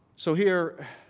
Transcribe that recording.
so here,